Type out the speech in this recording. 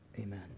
amen